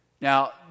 Now